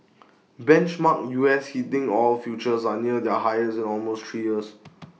benchmark U S heating oil futures are near their highest in almost three years